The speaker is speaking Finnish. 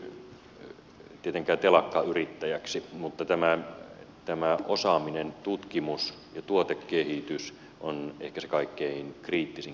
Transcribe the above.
hallitus ei tietenkään ryhdy telakkayrittäjäksi mutta tämä osaaminen tutkimus ja tuotekehitys on ehkä se kaikkein kriittisin kysymys tällä hetkellä